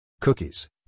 Cookies